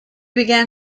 began